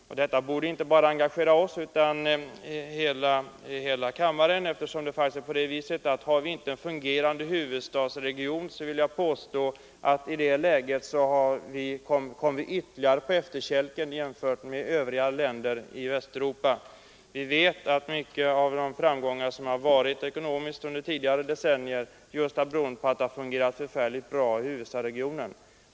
Länets problem är något som borde engagera inte bara oss utan hela kammaren, eftersom jag vill påstå att vårt land kommer ytterligare på efterkälken i förhållande till övriga länder i Västeuropa, om vi inte har en fungerande huvudstadsregion. Vi vet att mycket av de ekonomiska framgångar som vi uppnått under de senaste decennierna har berott på att huvudstadsregionen har fungerat väl.